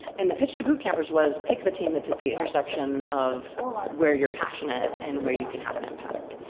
and the pitch to boot campers was pick the team that's at the intersection of where you're passionate and where you can have an impact.